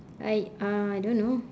I uh I don't know